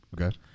Okay